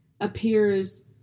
appears